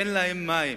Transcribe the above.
אין להם מים.